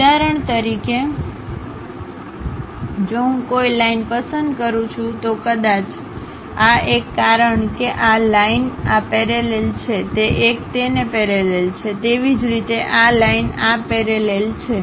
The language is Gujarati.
ઉદાહરણ તરીકે જો હું કોઈ લાઇન પસંદ કરું છું તો કદાચ આ એક કારણ કે આ લાઇન આ પેરેલલ છે તે એક તેને પેરેલલ છે તેવી જ રીતે આ લાઇન આ પેરેલલ પેરેલલ છે